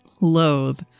loathe